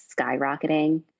skyrocketing